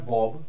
Bob